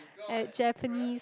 at Japanese